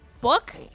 book